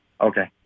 Okay